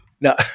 no